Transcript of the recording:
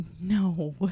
No